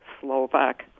Slovak